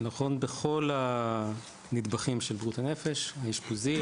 זה נכון בכל הנדבכים של בריאות הנפש האשפוזי,